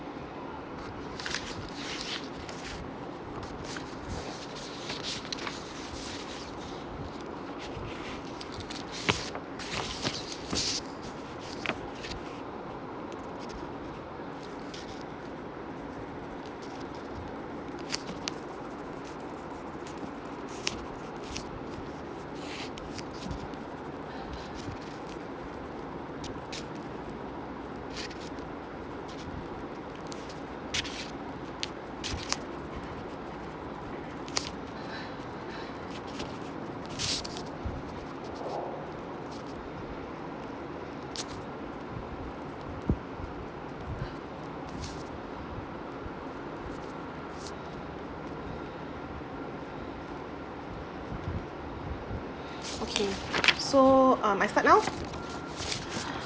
okay so um I start now